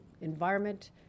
environment